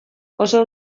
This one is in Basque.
oso